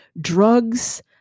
drugs